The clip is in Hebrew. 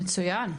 מצוין.